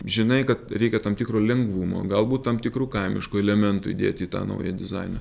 žinai kad reikia tam tikro lengvumo galbūt tam tikrų kaimiškų elementų įdėt į tą naują dizainą